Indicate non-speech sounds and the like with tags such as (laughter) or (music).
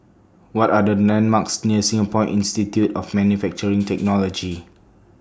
What Are The landmarks near Singapore Institute of Manufacturing (noise) Technology